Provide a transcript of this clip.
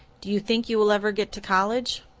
do you think you will ever get to college?